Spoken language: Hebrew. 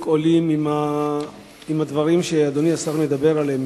עולים עם הדברים שאדוני השר מדבר עליהם.